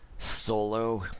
Solo